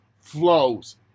flows